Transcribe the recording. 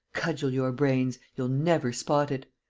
cudgel your brains you'll never spot it!